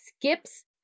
skips